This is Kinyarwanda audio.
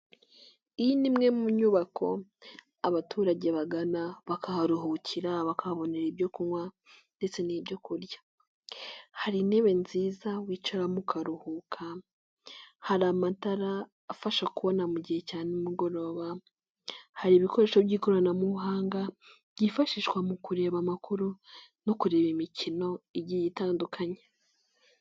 Iyi ni imwe mu nyubako abaturage bagana bakaharuhukira, bakahabonera ibyo kunywa ndetse n'ibyo kurya, hari intebe nziza wicaramo ukaruhuka, hari amatara afasha kubona mu gihe cya nimugoroba, hari ibikoresho by'ikoranabuhanga byifashishwa mu kureba amakuru no kureba imikino igiye itandukanye.